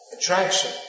attraction